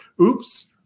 Oops